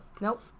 Nope